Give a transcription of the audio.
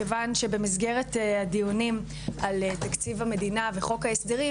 כיוון שבמסגרת הדיונים על תקציב המדינה וחוק ההסדרים,